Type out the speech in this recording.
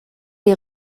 les